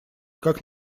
как